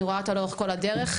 אני רואה אותה לאורך כל הדרך,